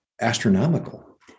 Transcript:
astronomical